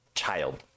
child